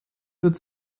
würde